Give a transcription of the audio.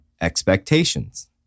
expectations